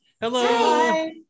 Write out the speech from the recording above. Hello